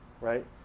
right